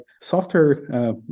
software